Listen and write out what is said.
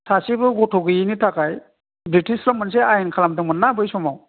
सासेबो गथ' गैयिनि थाखाय ब्रिटिशफ्रा मोनसे आयेन खालामदोंमोन ना बै समाव